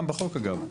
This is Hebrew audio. גם בחוק אגב,